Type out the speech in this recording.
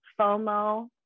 FOMO